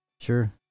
Sure